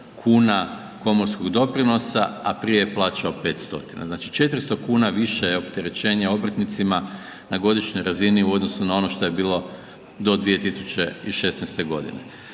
kuna komorskog doprinosa, a prije je plaćao 5 stotina, znači 400 kuna više je opterećenje obrtnicima na godišnjoj razini u odnosu na ono što je bilo do 2016. godine.